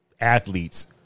athletes